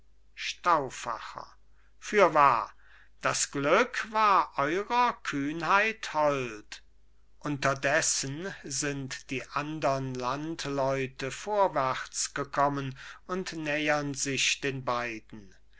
stauffacher fürwahr das glück war eurer kühnheit hold unterdessen sind die andern landleute vorwärts gekommen und nähern sich den beiden